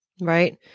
right